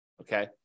okay